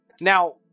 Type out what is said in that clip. now